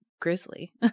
grizzly